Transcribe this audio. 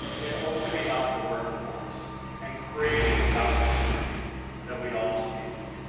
in opening up the workforce and creating the opportunity that we all seek.